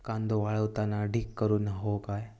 कांदो वाळवताना ढीग करून हवो काय?